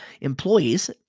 employees